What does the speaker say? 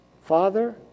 Father